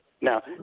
Now